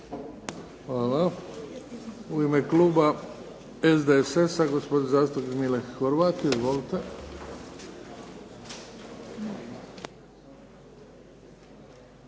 Hvala. U ime kluba SDSS-a, gospodin zastupnik Mile Horvat. Izvolite.